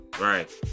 Right